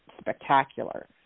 spectacular